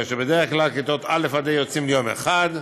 כאשר בדרך כלל כיתות א' עד ה' יוצאים ליום אחד,